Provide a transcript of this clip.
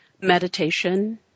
meditation